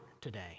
today